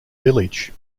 village